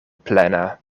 plena